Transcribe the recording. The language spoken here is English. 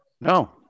No